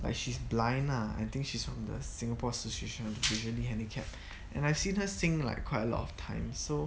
like she's blind lah I think she's from the singapore association of the visually handicapped and I've seen her sing like quite a lot of time so